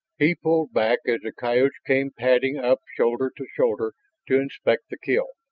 he pulled back as the coyotes came padding up shoulder to shoulder to inspect the kill.